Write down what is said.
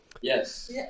Yes